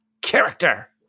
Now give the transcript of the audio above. character